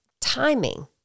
timing